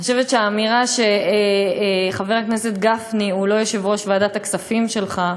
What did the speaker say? אני חושבת שהאמירה שחבר הכנסת גפני הוא לא יושב-ראש ועדת הכספים שלך,